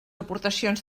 aportacions